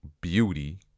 beauty